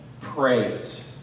praise